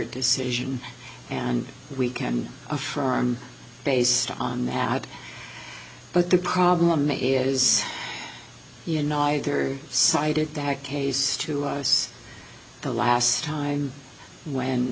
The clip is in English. decision and we can affirm based on that but the problem is you neither side it back case to us the last time when